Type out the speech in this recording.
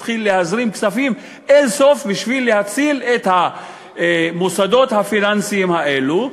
התחיל להזרים כספים אין-סוף בשביל להציל את המוסדות הפיננסיים האלו,